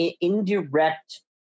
indirect